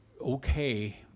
okay